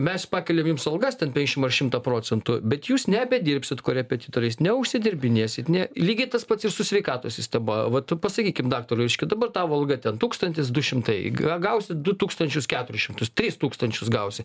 mes pakeliam jums algas ten penšim ar šimtą procentų bet jūs nebedirbsit korepetitoriais neužsidirbinėsit ne lygiai tas pats ir su sveikatos sistema vat pasakykim daktarui reiškia dabar tavo alga ten tūkstantis du šimtai ga gausi du tūkstančius keturis šimtus tris tūkstančius gausi